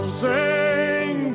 sing